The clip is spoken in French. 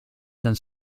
dans